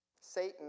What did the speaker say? Satan